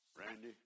Randy